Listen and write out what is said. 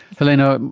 helena,